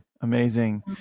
amazing